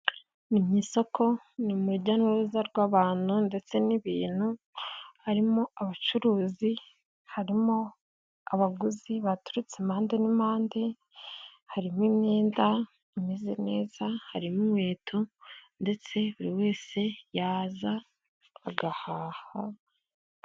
Ni mu isoko ni murujya ni uruza rw'abantu ndetse n'ibintu, harimo abacuruzi, harimo abaguzi baturutse impande n'impande, harimo imyenda imeze neza, harimo inkweto ndetse buri wese yaza agahaha.